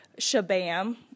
Shabam